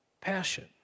passion